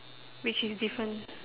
which is different